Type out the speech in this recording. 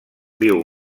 viu